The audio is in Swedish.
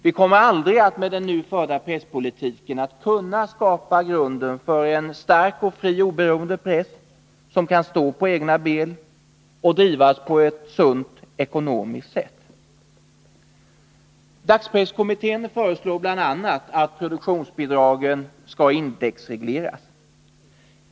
Vi kommer aldrig att med den nu förda presspolitiken kunna skapa grunden för en stark, fri och oberoende press som kan stå på egna ben och drivas på ett sunt ekonomiskt sätt. Dagspresskommittén föreslår bl.a. att produktionsbidragen indexregleras.